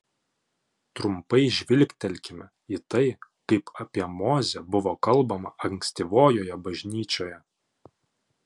trumpai žvilgtelkime į tai kaip apie mozę buvo kalbama ankstyvojoje bažnyčioje